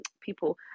people